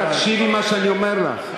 תקשיבי מה שאני אומר לך,